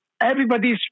everybody's